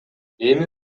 эми